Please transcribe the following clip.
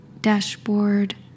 dashboard